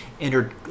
Entered